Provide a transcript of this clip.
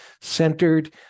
centered